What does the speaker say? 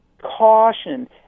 caution